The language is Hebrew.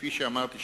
כפי שאמרתי,